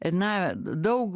na daug